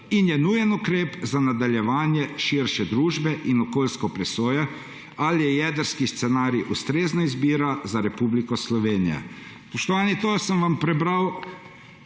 in je nujen ukrep za nadaljevanje širše družbe in okoljske presoje, ali je jedrski scenarij ustrezna izbira za Republiko Slovenijo. Spoštovani, to sem vam prebral